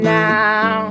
now